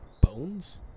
bones